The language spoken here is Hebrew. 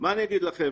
מה אני אגיד לכם.